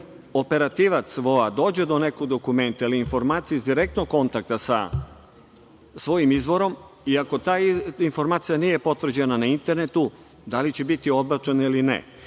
ako operativac VOA dođe do nekog dokumenta ili informacije iz direktnog kontakta sa svojim izvorom i ako ta informacija nije potvrđena na internetu – da li će biti odbačena ili ne?